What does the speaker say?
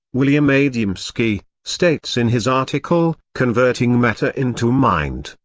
william a. dembski, states in his article, converting matter into mind,